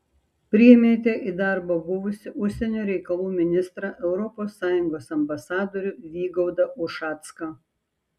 priėmėte į darbą buvusį užsienio reikalų ministrą europos sąjungos ambasadorių vygaudą ušacką